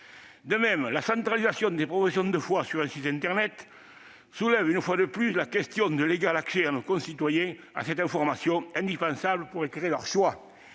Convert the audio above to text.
De même, la centralisation des professions de foi sur un site internet soulève encore une fois la question de l'égal accès de nos concitoyens à cette information indispensable pour éclairer leur choix.